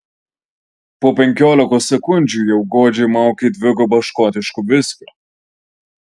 po penkiolikos sekundžių jau godžiai maukė dvigubą škotiško viskio